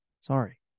sorry